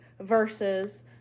versus